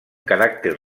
caràcter